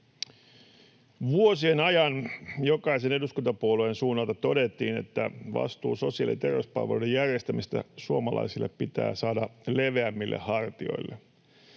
Vuosien ajan jokaisen eduskuntapuolueen suunnalta todettiin, että vastuu sosiaali- ja terveyspalveluiden järjestämisestä suomalaisille pitää saada leveämmille hartioille.